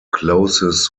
closes